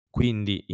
Quindi